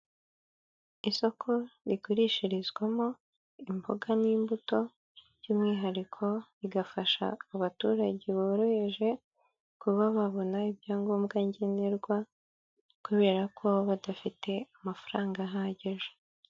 Isoko rigurishirizwamo imboga n'imbuto, by'umwihariko rigafasha abaturage boroheje kuba babona ibyangombwa ngenerwa kubera ko baba badafite amafaranga ahagije.